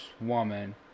woman